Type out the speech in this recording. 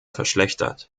verschlechtert